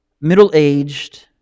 middle-aged